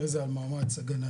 אחרי זה על מאמץ הגנתי,